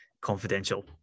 Confidential